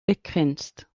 begrenzt